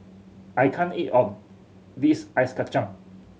I can't eat of this ice kacang